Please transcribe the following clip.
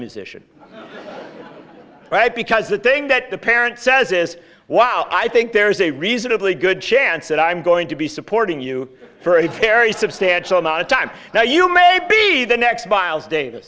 musician right because the thing that the parent says is wow i think there's a reasonably good chance that i'm going to be supporting you for a cherry substantial amount of time now you may be the next miles davis